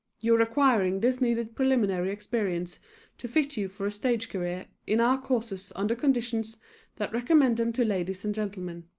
you are acquiring this needed preliminary experience to fit you for a stage career in our courses under conditions that recommend them to ladies and gentlemen.